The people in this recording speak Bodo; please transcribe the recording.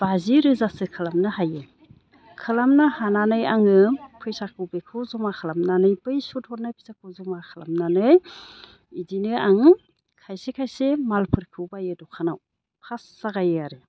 बाजि रोजासो खालामनो हायो खालामनो हानानै आङो फैसाखौ बेखौ जमा खालामनानै बै सुद हरनाय फैसाखौ जमा खालामनानै इदिनो आं खायसे खायसे मालफोरखौ बायो दखानाव फार्स्ट जागायो आरो